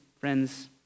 friends